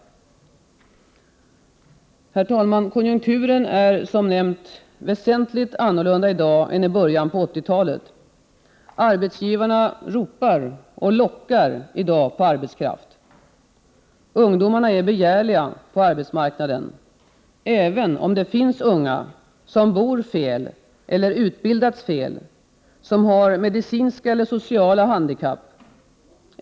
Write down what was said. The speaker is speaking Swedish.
Herr talman! Konjunkturen är som nämnts väsentligt annorlunda i dag än i början på 80-talet. Arbetsgivarna ropar och lockar på arbetskraft. Ungdomarna är begärliga på arbetsmarknaden, även om det finns unga som bor fel eller utbildats fel, eller som har medicinska eller sociala handikapp.